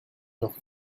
noch